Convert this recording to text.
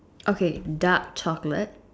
okay dark chocolate